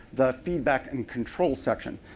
the feedback and control section.